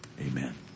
Amen